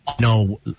no